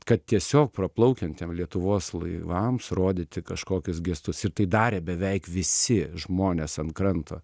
kad tiesiog praplaukiantiem lietuvos laivams rodyti kažkokius gestus ir tai darė beveik visi žmonės ant kranto